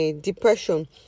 depression